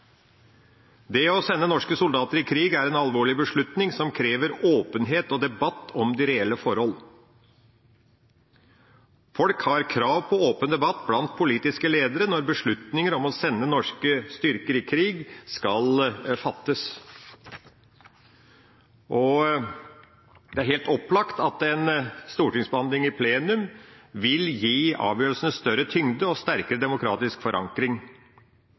Det å sende norske soldater i krig er en alvorlig beslutning som krever åpenhet og debatt om de reelle forhold. Folk har krav på åpen debatt blant politiske ledere når beslutninger om å sende norske styrker i krig skal fattes. Det er helt opplagt at en stortingsbehandling i plenum vil gi avgjørelsene større tyngde og sterkere demokratisk forankring.